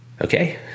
Okay